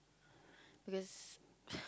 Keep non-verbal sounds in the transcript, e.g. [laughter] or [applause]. because [laughs]